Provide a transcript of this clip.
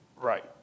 Right